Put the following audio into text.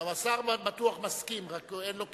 גם השר בטוח מסכים, רק אין לו כסף.